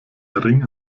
ring